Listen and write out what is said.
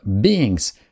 beings